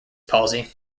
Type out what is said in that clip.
palsy